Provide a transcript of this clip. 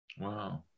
Wow